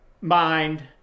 mind